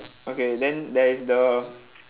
okay then there is the